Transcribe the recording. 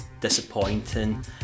disappointing